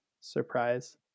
surprise